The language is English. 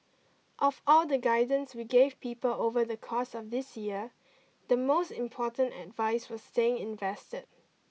of all the guidance we gave people over the course of this year the most important advice was staying invested